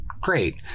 great